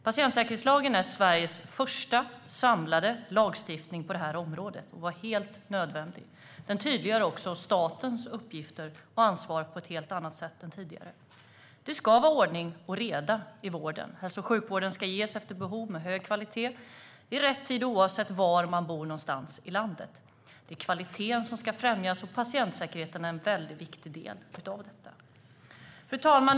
Patientsäkerhetslagen är Sveriges första samlade lagstiftning på det här området och var helt nödvändig. Den tydliggör också statens uppgifter och ansvar på ett helt annat sätt än tidigare. Det ska vara ordning och reda i vården. Hälso och sjukvård ska ges efter behov, med hög kvalitet och i rätt tid, oavsett var någonstans i landet man bor. Det är kvaliteten som ska främjas, och patientsäkerheten är en väldigt viktig del av detta. Fru talman!